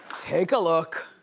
take a look.